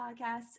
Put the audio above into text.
Podcast